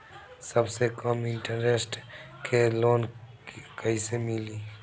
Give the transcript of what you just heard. सबसे कम इन्टरेस्ट के लोन कइसे मिली?